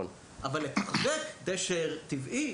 אבל לתחזק דשא טבעי